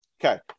okay